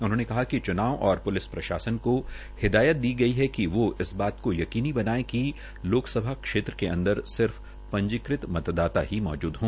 उन्होंने कहा कि च्नाव और प्लिस प्रशासन को हिदायत की गई है कि वो इस बात को यकीनी बनाये कि लोकसभा क्षेत्र के अंदर सिर्फ पंजीकृत मतदाता ही मौजूद हो